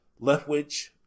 Leftwich